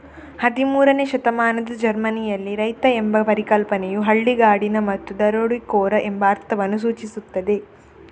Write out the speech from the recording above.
ಹದಿಮೂರನೇ ಶತಮಾನದ ಜರ್ಮನಿಯಲ್ಲಿ, ರೈತ ಎಂಬ ಪರಿಕಲ್ಪನೆಯು ಹಳ್ಳಿಗಾಡಿನ ಮತ್ತು ದರೋಡೆಕೋರ ಎಂಬ ಅರ್ಥವನ್ನು ಸೂಚಿಸುತ್ತದೆ